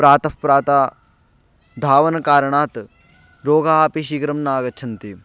प्रातः प्रातः धावनकारणात् रोगाः अपि शीघ्रं न आगच्छन्ति